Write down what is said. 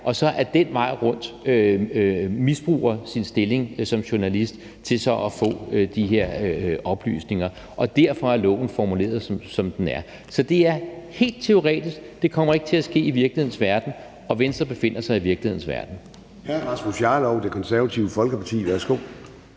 og så den vej rundt misbruger sin stilling som journalist til så at få de her oplysninger, og derfor er loven formuleret, som den er. Så det er helt teoretisk. Det kommer ikke til at ske i virkelighedens verden, og Venstre befinder sig i virkelighedens verden.